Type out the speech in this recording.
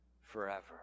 forever